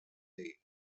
day